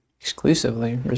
exclusively